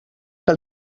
que